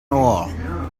ore